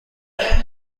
بود